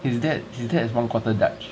his dad his dad is one quarter dutch